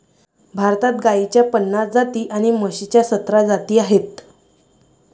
भारतात गाईच्या पन्नास जाती आणि म्हशीच्या सतरा जाती आहेत